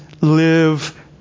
live